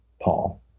Paul